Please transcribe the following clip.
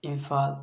Imphal